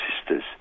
sisters